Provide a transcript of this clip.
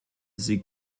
sie